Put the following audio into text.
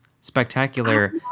spectacular